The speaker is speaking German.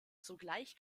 sogleich